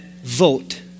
vote